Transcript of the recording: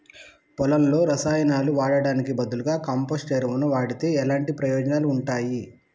పొలంలో రసాయనాలు వాడటానికి బదులుగా కంపోస్ట్ ఎరువును వాడితే ఎలాంటి ప్రయోజనాలు ఉంటాయి?